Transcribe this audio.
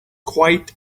quite